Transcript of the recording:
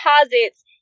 deposits